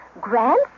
grand